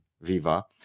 viva